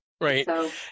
Right